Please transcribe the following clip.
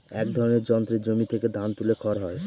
এক ধরনের যন্ত্রে জমি থেকে ধান তুলে খড় হয়